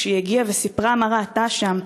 כשהיא הגיעה וסיפרה מה ראתה שם,